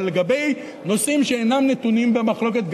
אבל לגבי נושאים שאינם נתונים במחלוקת,